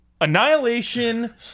annihilation